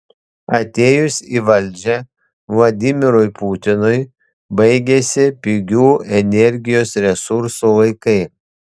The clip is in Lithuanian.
atėjus į valdžią vladimirui putinui baigėsi pigių energijos resursų laikai